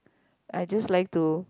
I just like to